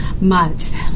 Month